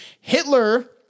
Hitler